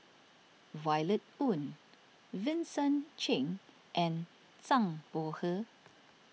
Violet Oon Vincent Cheng and Zhang Bohe